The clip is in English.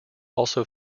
also